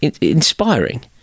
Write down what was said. inspiring